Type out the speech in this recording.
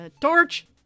Torch